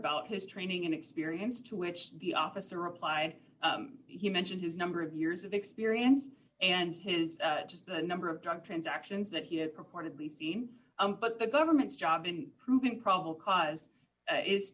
about his training and experience to which the officer replied he mentioned his number of years of experience and his just the number of drug transactions that he had purportedly seen but the government's job in proving probable cause